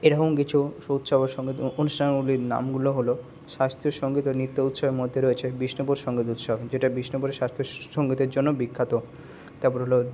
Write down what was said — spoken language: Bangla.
এরকম কিছু সুউচ্চ এব সঙ্গীত অনুষ্ঠানগুলির নামগুলো হলো শাস্ত্রীয় সঙ্গীত ও নৃত্য উৎসবের মধ্যে রয়েচে বিষ্ণুপুর সঙ্গীত উৎসব যেটা বিষ্ণুপুরের শাস্ত্রীয় সঙ্গীতের জন্য বিখ্যাত তারপর হলো